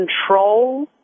control